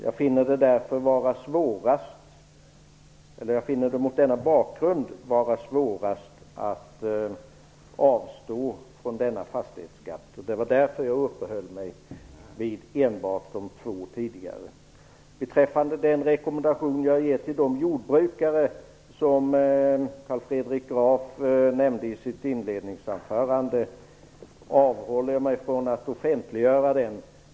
Jag finner det mot denna bakgrund vara svårast att avstå från denna fastighetsskatt. Därför uppehöll jag mig enbart vid de två tidigare formerna. Beträffande den rekommendation jag gett till de jordbrukare som Carl Fredrik Graf nämnde i sitt inledningsanförande, avhåller jag mig från att offentliggöra den.